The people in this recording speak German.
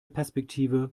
perspektive